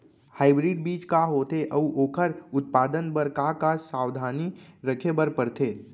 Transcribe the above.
Hybrid बीज का होथे अऊ ओखर उत्पादन बर का का सावधानी रखे बर परथे?